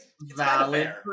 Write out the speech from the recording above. valid